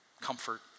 comfort